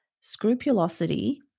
scrupulosity